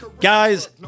guys